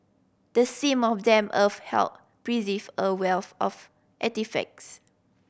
the seam of damp earth helped preserve a wealth of artefacts